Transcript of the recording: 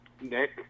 Nick